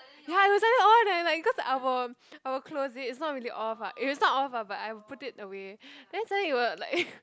ya it will suddenly on eh like cause I will I will close it it's not really off ah it is not off ah but I will put it away then suddenly it will like